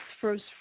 first